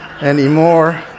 anymore